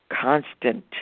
constant